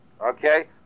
okay